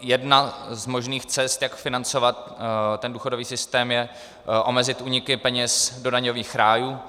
Jedna z možných cest, jak financovat důchodový systém, je omezit úniky peněz do daňových rájů.